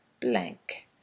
blank